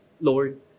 Lord